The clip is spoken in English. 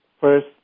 first